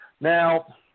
Now